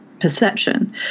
perception